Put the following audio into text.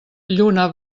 lluna